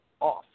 off